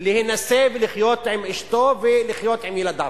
להינשא ולחיות עם אשתו ולחיות עם ילדיו.